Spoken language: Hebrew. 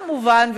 כמובן,